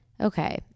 okay